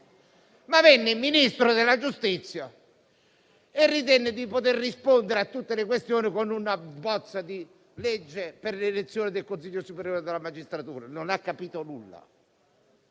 però il Ministro della giustizia, ritenendo di poter rispondere a tutte le questioni con una bozza di legge per l'elezione del Consiglio superiore della magistratura: non aveva capito nulla.